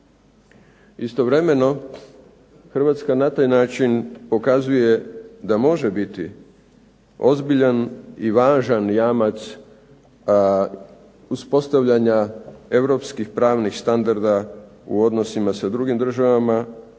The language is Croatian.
Istovremeno Hrvatska na taj način pokazuje da može biti ozbiljan i važan jamac uspostavljanja europskih pravnih standarda u odnosima sa drugim državama,